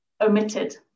omitted